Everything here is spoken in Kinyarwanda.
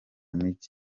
mijyi